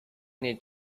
need